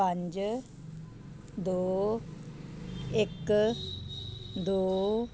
ਪੰਜ ਦੋ ਇੱਕ ਦੋ